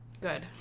Good